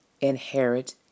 inherit